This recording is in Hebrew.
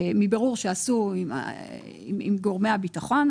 מבירור שעשו עם גורמי הביטחון,